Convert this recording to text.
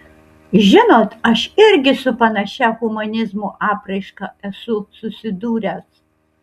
žinot aš irgi su panašia humanizmo apraiška esu susidūręs